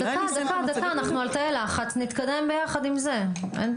אולי אני אסיים את המצגת --- דקה, דקה.